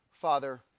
Father